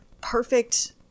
perfect